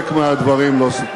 הנה העדות.